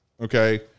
okay